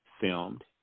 filmed